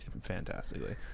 fantastically